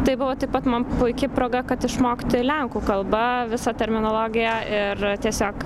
tai buvo taip pat man puiki proga kad išmokti lenkų kalba visą terminologiją ir tiesiog